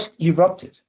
erupted